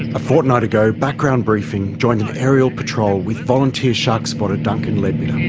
a fortnight ago background briefing joined an aerial patrol with volunteer shark spotter duncan leadbitter.